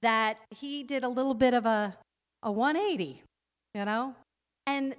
that he did a little bit of a a one eighty you know and